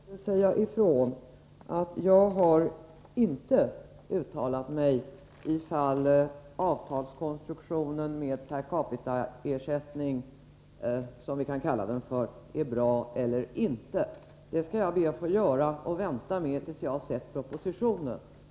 Herr talman! Jag kanske måste säga ifrån att jag inte har uttalat mig i frågan om avtalskonstruktionen med per capita-ersättning är bra eller inte. Det skall jag be att få vänta med att göra tills jag har sett propositionen i ärendet.